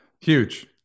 huge